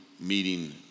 meeting